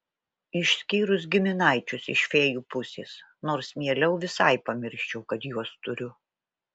išskyrus giminaičius iš fėjų pusės nors mieliau visai pamirščiau kad juos turiu